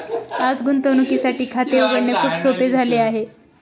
आज गुंतवणुकीसाठी खाते उघडणे खूप सोपे झाले आहे